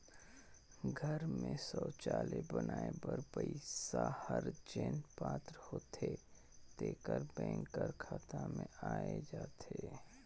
घर में सउचालय बनाए बर पइसा हर जेन पात्र होथे तेकर बेंक कर खाता में आए जाथे